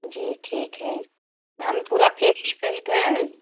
जी ठीक है हम पूरा फ़ेमिली सहित हैं